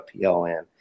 PLN